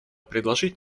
предложить